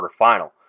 quarterfinal